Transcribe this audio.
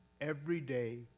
everyday